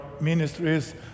ministries